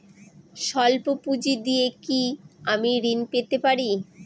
সল্প পুঁজি দিয়ে কি আমি ঋণ পেতে পারি?